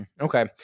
Okay